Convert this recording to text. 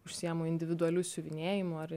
užsiimu individualiu siuvinėjimu ar